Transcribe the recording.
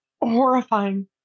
horrifying